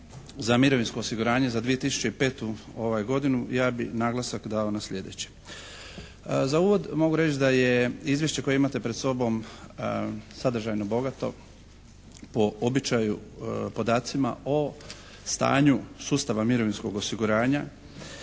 za mirovinsko osiguranje za 2005. godinu ja bi naglasak dao na sljedeće: Za uvod mogu reći da je izvješće koje imate pred sobom sadržajno bogato po običaju podacima o stanju sustava mirovinskog osiguranja